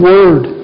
Word